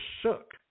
shook